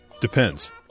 Depends